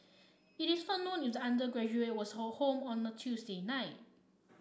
it is not known if the undergraduate was home on a Tuesday night